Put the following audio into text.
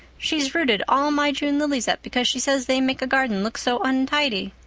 she's rooted all my june lilies up because she says they make a garden look so untidy.